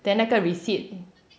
then 那个 receipt